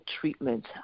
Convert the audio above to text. treatment